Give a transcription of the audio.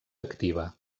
activa